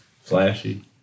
flashy